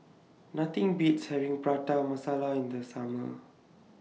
Nothing Beats having Prata Masala in The Summer